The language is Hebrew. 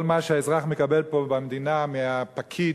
כל מה שהאזרח מקבל פה במדינה מהפקיד